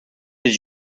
did